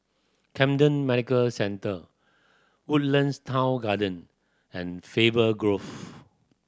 Camden Medical Centre Woodlands Town Garden and Faber Grove